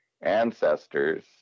ancestors